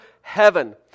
heaven